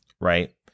right